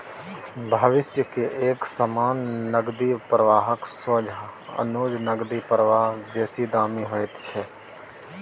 भविष्य के एक समान नकदी प्रवाहक सोंझा आजुक नकदी प्रवाह बेसी दामी होइत छै